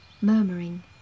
murmuring